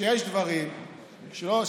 שיש דברים שצריך,